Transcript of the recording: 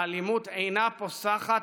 האלימות אינה פוסחת,